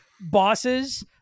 bosses